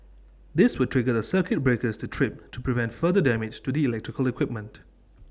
this would trigger the circuit breakers to trip to prevent further damage to the electrical equipment